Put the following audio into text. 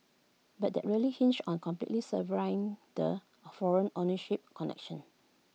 but that really hinges on completely severing the foreign ownership connection